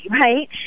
right